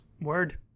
word